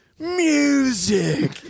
Music